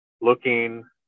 looking